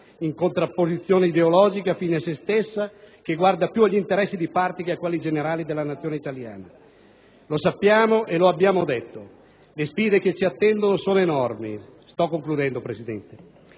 in contrapposizione ideologica fine a se stessa che guarda più agli interessi di parte che a quelli generali della nazione italiana. Lo sappiamo e lo abbiamo detto: le sfide che ci attendono sono enormi, ma questo Governo